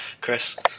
Chris